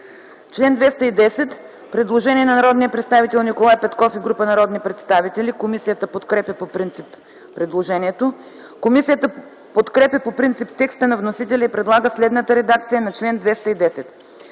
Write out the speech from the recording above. § 17 има предложение на народния представител Николай Петков и група народни представители. Комисията подкрепя по принцип предложението. Комисията подкрепя по принцип текста на вносителя и предлага следната редакция на § 17: